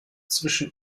zwischen